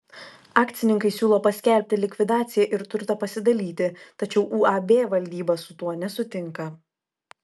akcininkai siūlo paskelbti likvidaciją ir turtą pasidalyti tačiau uab valdyba su tuo nesutinka